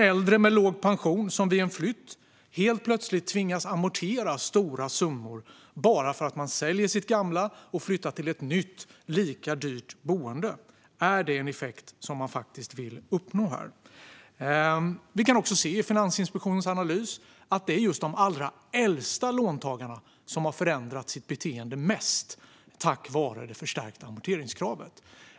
Äldre med låg pension tvingas vid en flytt helt plötsligt amortera stora summor bara för att de säljer sitt gamla boende och flyttar till ett nytt, lika dyrt boende. Är detta en effekt som man vill uppnå? I Finansinspektionens analys kan vi också se att det är just de allra äldsta låntagarna som har förändrat sitt beteende mest, på grund av det förstärkta amorteringskravet.